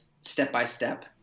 step-by-step